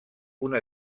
una